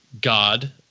God